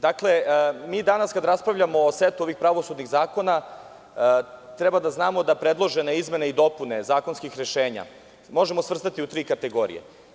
Dakle, danas kada raspravljamo o setu ovih pravosudnih zakona treba da znamo da predložene izmene i dopune zakonskih rešenja možemo svrstati u tri kategorije.